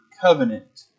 covenant